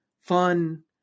fun